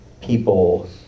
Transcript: people